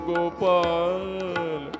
Gopal